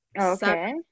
okay